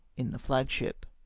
in the flag-ship.